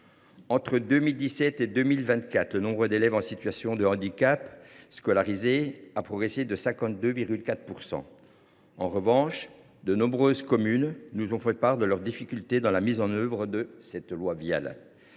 Entre 2017 et 2024, le nombre d’élèves en situation de handicap scolarisés a progressé de 52,4 %. En revanche, de nombreuses communes nous ont fait part de leurs difficultés dans la mise en œuvre de la loi du